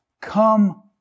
come